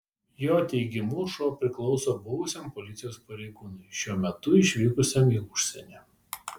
jo teigimu šuo priklauso buvusiam policijos pareigūnui šiuo metu išvykusiam į užsienį